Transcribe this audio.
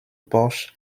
porche